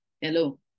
hello